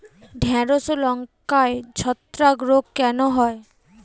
ঢ্যেড়স ও লঙ্কায় ছত্রাক রোগ কেন হয়?